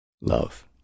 love